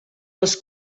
les